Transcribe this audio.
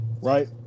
right